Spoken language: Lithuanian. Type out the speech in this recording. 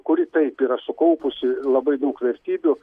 kuri taip yra sukaupusi labai daug vertybių